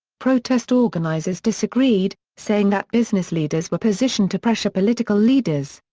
protest organizers disagreed, saying that business leaders were positioned to pressure political leaders.